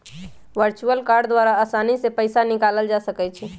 virtual card द्वारा असानी से पइसा निकालल जा सकइ छै